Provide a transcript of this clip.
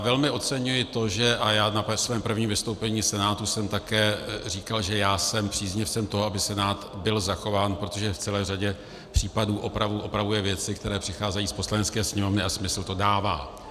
Velmi oceňuji to, a ve svém prvním vystoupení v Senátu jsem také říkal, že jsem příznivcem toho, aby Senát byl zachován, protože v celé řadě případů opravuje věci, které přicházejí z Poslanecké sněmovny, a smysl to dává.